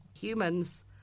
humans